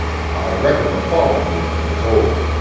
i reckon the falling movement is over.